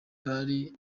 bari